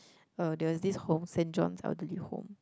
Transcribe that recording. uh there was this home Saint-John's elderly home